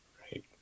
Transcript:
Right